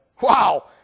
Wow